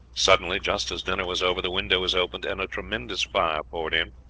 suddenly, just as dinner was over, the window was opened, and a tremendous fire poured in.